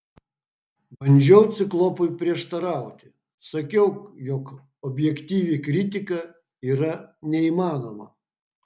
bandžiau ciklopui prieštarauti sakiau jog objektyvi kritika yra neįmanoma